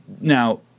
now